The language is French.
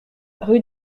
rue